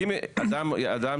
אדם